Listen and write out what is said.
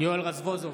יואל רזבוזוב,